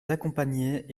d’accompagner